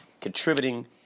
contributing